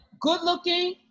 good-looking